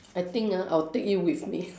I think ah I'll take you with me